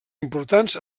importants